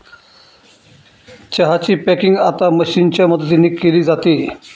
चहा ची पॅकिंग आता मशीनच्या मदतीने केली जाते